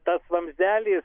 tas vamzdelis